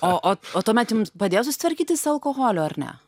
o o o tuomet jums padėjo susitvarkyti su alkoholiu ar ne